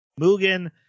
Mugen